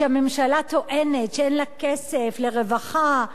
כשהממשלה טוענת שאין לה כסף לרווחה,